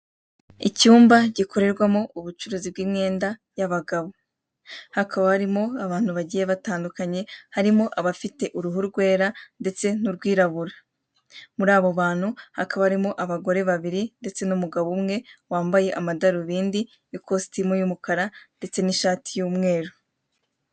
Icyumba gikorerwamo ubucuruzi bw'imyenda y'abagabo, hakaba harimo abantu bagiye batandukanye harimo abafite uruhu rwera ndetse n'urwirabura, muri abo bantu hakaba harimo abagore babiri ndetse n'imugabo umwe wambaye amadarubindi, ikositimu y'umukara ndetse n'ishati y'umweru.